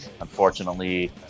unfortunately